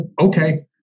Okay